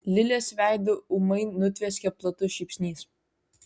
lilės veidą ūmai nutvieskė platus šypsnys